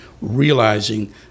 realizing